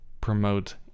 promote